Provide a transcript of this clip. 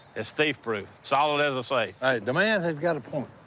it's thief-proof. solid as a safe. hey, the man has got a point.